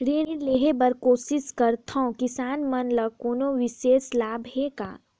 ऋण लेहे बर कोशिश करथवं, किसान मन ल कोनो विशेष लाभ हे का?